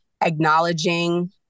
acknowledging